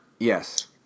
Yes